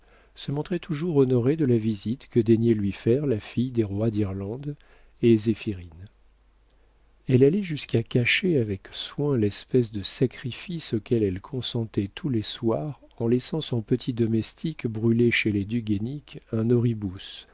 se montrait toujours honorée de la visite que daignaient lui faire la fille des rois d'irlande et zéphirine elle allait jusqu'à cacher avec soin l'espèce de sacrifice auquel elle consentait tous les soirs en laissant son petit domestique brûler chez les du guénic un